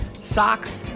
socks